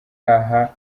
aha